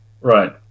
Right